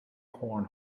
horn